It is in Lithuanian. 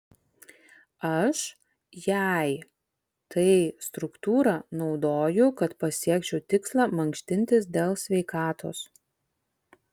aš jei tai struktūrą naudoju kad pasiekčiau tikslą mankštintis dėl sveikatos